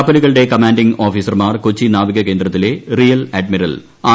കപ്പലുകളുടെ കമാന്റിംഗ് ഓഫീസർമാർ കൊച്ചി നാവിക കേന്ദ്രത്തിലെ റിയർ അഡ്മിറൽ ആർ